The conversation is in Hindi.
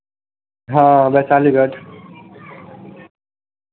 हाँ वैशाली घाट